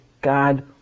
God